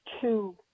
two